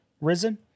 Risen